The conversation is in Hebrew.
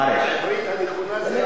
בעברית הנכונה זה,